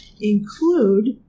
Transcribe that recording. include